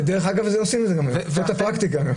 ואגב, עושים את זה, זאת הפרקטיקה.